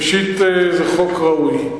ראשית, זה חוק ראוי,